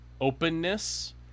openness